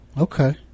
okay